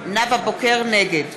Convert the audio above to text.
בוקר, נגד